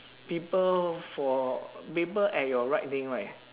people for people at your right lane right